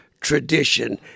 tradition